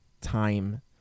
time